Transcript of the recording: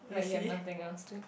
like you have nothing else to